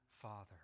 Father